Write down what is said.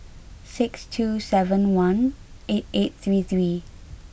six two seven one eight eight three three